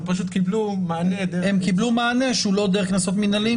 הם פשוט קיבלו מענה דרך --- הם קיבלו מענה שהוא לא דרך קנסות מנהליים,